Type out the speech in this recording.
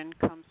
comes